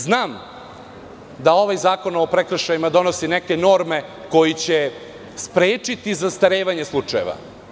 Znam da ovaj zakon o prekršajima donosi neke norme koje će sprečiti zastarevanje slučajeva.